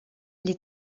les